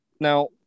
Now